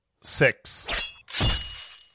six